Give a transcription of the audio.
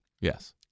Yes